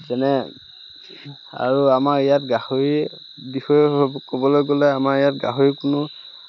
যেনে আৰু আমাৰ ইয়াত গাহৰি বিষয়ে ক'বলৈ গ'লে আমাৰ ইয়াত গাহৰি কোনো